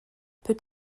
peut